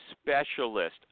specialist